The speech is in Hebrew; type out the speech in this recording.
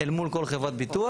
אל מול כל חברת ביטוח.